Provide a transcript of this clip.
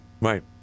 right